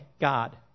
God